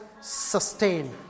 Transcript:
sustain